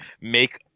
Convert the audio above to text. make